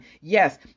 Yes